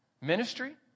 ministry